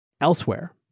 Elsewhere